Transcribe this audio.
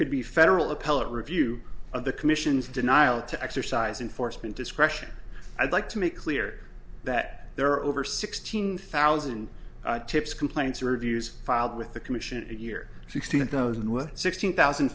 could be federal appellate review of the commission's denial to exercise enforcement discretion i'd like to make clear that there are over sixteen thousand tips complaints reviews filed with the commission a year sixty of those and with sixteen thousand